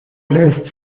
bläst